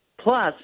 Plus